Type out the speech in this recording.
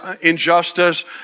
injustice